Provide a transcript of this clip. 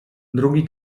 drugi